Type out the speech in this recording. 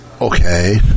okay